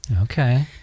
Okay